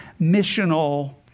missional